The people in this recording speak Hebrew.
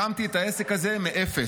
הקמתי את העסק הזה מאפס.